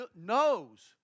knows